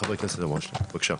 חבר הכנסת אלהואשלה ידידי, בבקשה.